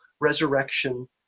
resurrection